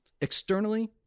externally